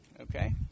Okay